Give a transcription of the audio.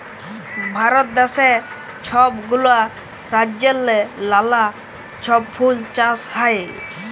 ভারত দ্যাশে ছব গুলা রাজ্যেল্লে লালা ছব ফুল চাষ হ্যয়